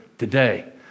today